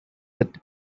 that